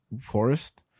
forest